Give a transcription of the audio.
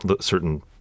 certain